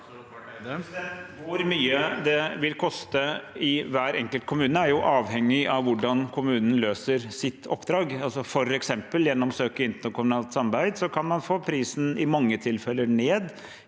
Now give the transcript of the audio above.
Hvor mye det vil koste i hver enkelt kommune, er avhengig av hvordan kommunen løser sitt oppdrag. For eksempel gjennom å søke interkommunalt samarbeid kan man i mange tilfeller få